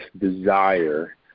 desire